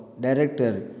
Director